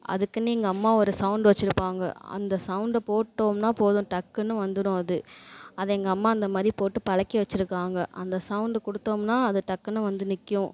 அதுக்குன்னு எங்கள் அம்மா ஒரு சவுண்டு வச்சுருப்பாங்க அந்த சவுண்டை போட்டோம்னா போதும் டக்குன்னு வந்துடும் அது அது எங்கள் அம்மா அந்த மாதிரி போட்டு பழக்கி வச்சுருக்காங்க அந்த சவுண்டு கொடுத்தோம்னா அது டக்குன்னு வந்து நிற்கும்